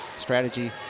strategy